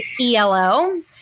ELO